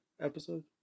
episode